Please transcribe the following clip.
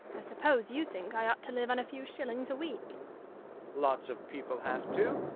i suppose you think i ought to live on a few shillings a week lots of people have to.